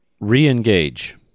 Re-engage